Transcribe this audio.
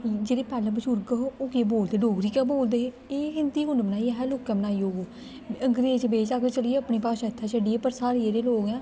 जेह्के पैह्लें बजुर्ग हो ओह् केह् बोलदे हे डोगरी गै बोलदे हे एह् हिन्दी कु'न बनाई असें लोकें बनाई होग अंग्रेज बेशक्क चली गे अपनी भाशा इत्थै छड्डी गे पर साढ़े जेह्ड़े लोक ऐं